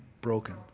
broken